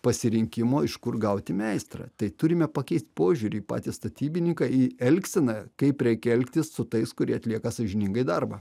pasirinkimo iš kur gauti meistrą tai turime pakeist požiūrį į patį statybininką į elgseną kaip reikia elgtis su tais kurie atlieka sąžiningai darbą